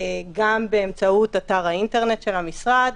גם באמצעות אתר האינטרנט של המשרד,